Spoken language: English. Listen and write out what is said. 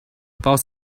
about